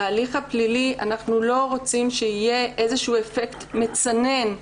בהליך הפלילי אנחנו לא רוצים שיהיה אפקט מצנן,